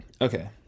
Okay